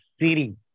city